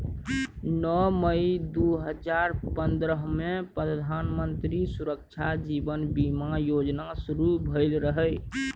नौ मई दु हजार पंद्रहमे प्रधानमंत्री सुरक्षा जीबन बीमा योजना शुरू भेल रहय